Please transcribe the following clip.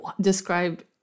describe